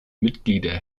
mitglieder